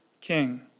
king